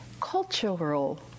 cultural